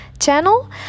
channel